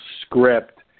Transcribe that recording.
script